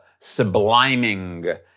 subliming